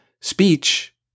speech